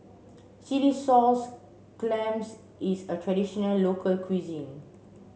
Chilli Sauce clams is a traditional local cuisine